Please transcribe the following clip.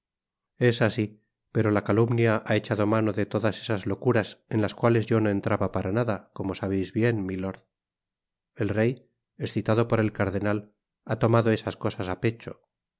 así pero la calumnia ha echado mano de todas esas locuras en las cuales yo no entraba para nada como sabeis bien milord el rey escitado por el cardenal ha tomado esas cosas á pecho